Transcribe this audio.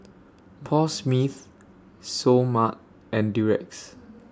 Paul Smith Seoul Mart and Durex